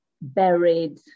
buried